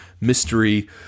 mystery